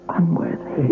unworthy